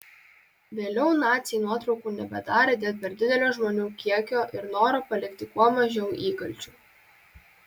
vėliau naciai nuotraukų nebedarė dėl per didelio žmonių kiekio ir noro palikti kuo mažiau įkalčių